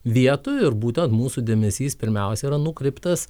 vietų ir būtent mūsų dėmesys pirmiausia yra nukreiptas